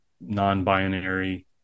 non-binary